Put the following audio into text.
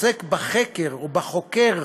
עוסק בחקר או בחוקר